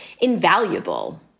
invaluable